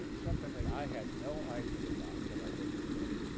ah something that i had no idea about til i read your book